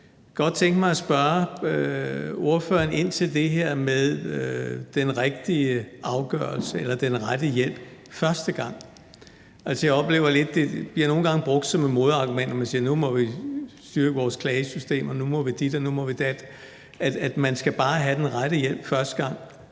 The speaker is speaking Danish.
godt tænke mig at spørge ordføreren ind til det her med den rigtige afgørelse eller den rette hjælp første gang. Altså, jeg oplever lidt, at det nogle gange bliver brugt som et modargument, hvor man siger, at nu må vi styrke vores klagesystem, og nu må vi dit og nu må vi dat, altså at man bare skal have den rette hjælp første gang.